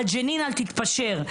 על ג'נין אל תתפשר",